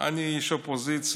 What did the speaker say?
אני איש אופוזיציה,